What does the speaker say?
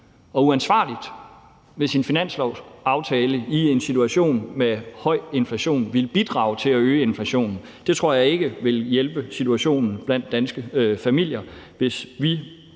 og uansvarligt, hvis en finanslovsaftale i en situation med høj inflation ville bidrage til at øge inflationen. Jeg tror ikke, det ville hjælpe på situationen blandt danske familier, hvis vi